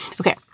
Okay